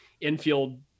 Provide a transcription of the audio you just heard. infield